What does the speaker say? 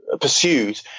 pursued